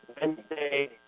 Wednesday